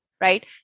right